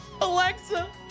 Alexa